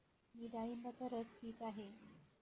मी डाळिंबाचा रस पीत आहे